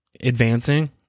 advancing